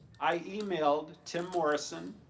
i emailed tim morrison.